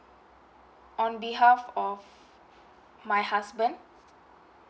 on behalf of my husband